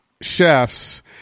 chefs